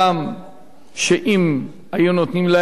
אם היו נותנים להם אשראי